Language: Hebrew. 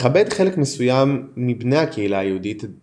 מכבד חלק מסוים מבני הקהילה היהודית את